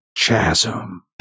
Chasm